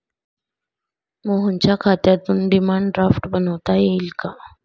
मोहनच्या खात्यातून demand draft बनवता येईल का?